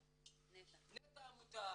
נטע עמותה,